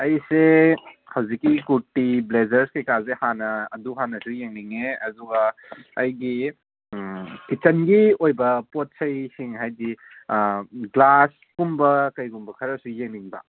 ꯑꯩꯁꯦ ꯍꯧꯖꯤꯛꯀꯤ ꯀꯨꯔꯇꯤ ꯕ꯭ꯂꯦꯖꯔꯁ ꯀꯔꯤ ꯀꯔꯥꯁꯦ ꯍꯥꯟꯅ ꯑꯗꯨ ꯍꯥꯟꯅꯁꯨ ꯌꯦꯡꯅꯤꯡꯉꯦ ꯑꯗꯨꯒ ꯑꯩꯒꯤ ꯀꯤꯆꯟꯒꯤ ꯑꯣꯏꯕ ꯄꯣꯠ ꯆꯩꯁꯤꯡ ꯍꯥꯏꯕꯗꯤ ꯒ꯭ꯂꯥꯁꯀꯨꯝꯕ ꯀꯔꯤꯒꯨꯝꯕ ꯈꯔꯁꯨ ꯌꯦꯡꯅꯤꯡꯕ